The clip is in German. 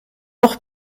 auch